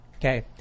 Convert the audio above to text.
Okay